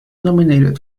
nominated